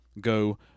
go